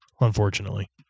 unfortunately